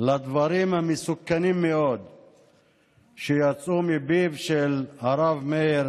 לדברים המסוכנים מאוד שיצאו מפיו של הרב מאיר